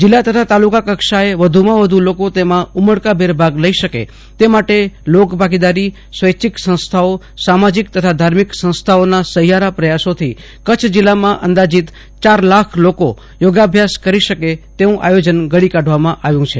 જીલ્લા તથા તાલુકા કક્ષાએ વધુમાં વધુ લોકો તેમાં ઉમદાભેર ભાગ લઇ શકે તે માટે લોક ભાગીદારી સ્વેચ્છિક સંસ્થાઓ સામાજિક તથા ધાર્મિક સંસ્થાઓ નાં સહિયારા પ્રયાસો થી કરછ જિલામાં અંદાજિત ચાર લાખ લોકો યોગાભ્યાસ કરી શકે તેવું આયોજન કરવામાં આવ્યું છે